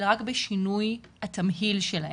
אלא רק בשינוי התמהיל שלהם.